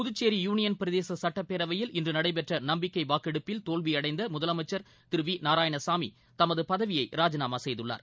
Puducherry union பிரதேச சட்டப்பேரவையில் இன்று நடைபெற்ற நம்பிக்கை வாக்கெடுப்பில் தோல்வியடைந்த முதலமைச்சர் திரு வி நாராயணசாமி தமது பதவியை ராஜிநாமா செய்துள்ளார்